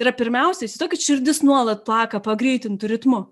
yra pirmiausiai įsivaizduokit širdis nuolat plaka pagreitintu ritmu